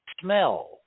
smell